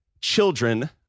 children